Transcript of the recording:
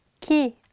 Key